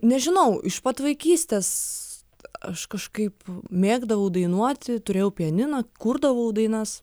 nežinau iš pat vaikystės aš kažkaip mėgdavau dainuoti turėjau pianiną kurdavau dainas